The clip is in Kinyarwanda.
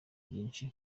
byinshi